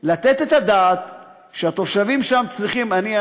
לתת את הדעת על כך שהתושבים שם צריכים אני,